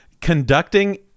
conducting